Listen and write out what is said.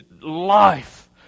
life